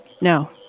No